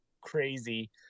crazy